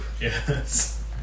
Yes